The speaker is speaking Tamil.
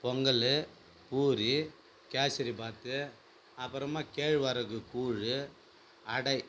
பொங்கலு பூரி கேசரிபாத்து அப்புறமா கேழ்வரகு கூழ் அடை